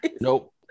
Nope